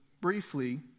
briefly